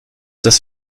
das